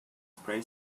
spray